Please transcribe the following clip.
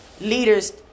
leaders